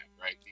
right